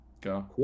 Go